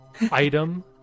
item